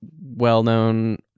well-known